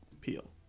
peel